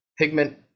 pigment